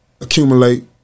accumulate